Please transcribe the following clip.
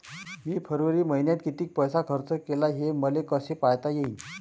मी फरवरी मईन्यात कितीक पैसा खर्च केला, हे मले कसे पायता येईल?